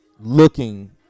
looking